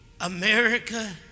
america